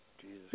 Jesus